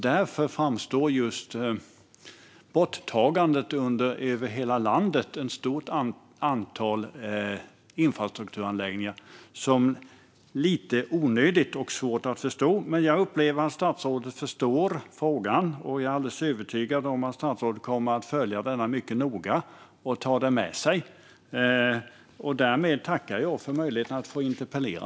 Därför framstår just borttagandet av ett stort antal infrastrukturanläggningar över hela landet som lite onödigt och svårt att förstå. Men jag upplever att statsrådet förstår frågan, och jag är alldeles övertygad om att statsrådet kommer att följa den mycket noga och ta den med sig. Därmed tackar jag för möjligheten att få interpellera.